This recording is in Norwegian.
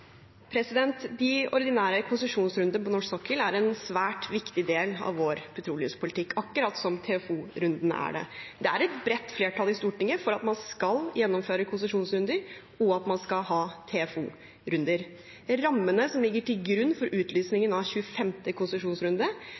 De ordinære konsesjonsrundene på norsk sokkel er en svært viktig del av vår petroleumspolitikk, akkurat som TFO-rundene er det. Det er et bredt flertall i Stortinget for at man skal gjennomføre konsesjonsrunder, og at man skal ha TFO-runder. Rammene som ligger til grunn for utlysningen av 25. konsesjonsrunde,